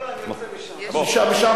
זה היה מסע של